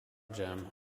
jam